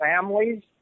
families